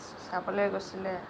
চা চাবলৈ গৈছিলে